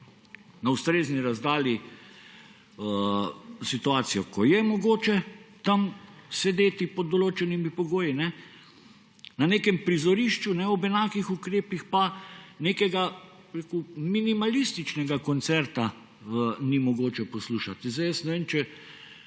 na ustrezni razdalji situacijo, ko je mogoče tam sedeti pod določenimi pogoji, na nekem prizorišču ob enakih ukrepih pa nekega minimalističnega koncerta ni mogoče poslušati. Ne vem,